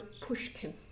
Pushkin